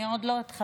אני עוד לא התחלתי,